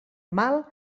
mal